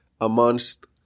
amongst